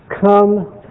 come